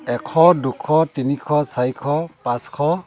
এশ দুশ তিনিশ চাৰিশ পাঁচশ